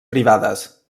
privades